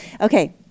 Okay